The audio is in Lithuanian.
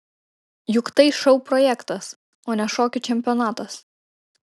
juk tai šou projektas o ne šokių čempionatas